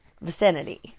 vicinity